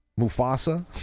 Mufasa